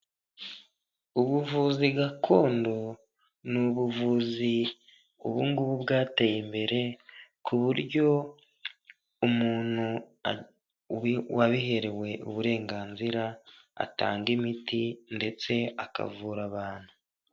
Ubuvuzi gakondo ni ubuvuzi ubungubu bwateye imbere ku buryo umuntu wabiherewe uburenganzira atanga imiti ndetse akavura abantu.